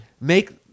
make